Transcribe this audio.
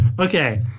Okay